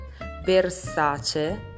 VERSACE